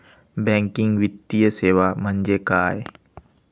Banking वित्तीय सेवा म्हणजे काय?